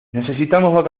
necesitamos